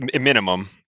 Minimum